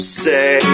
say